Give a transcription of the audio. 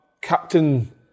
captain